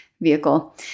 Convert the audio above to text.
vehicle